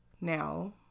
Now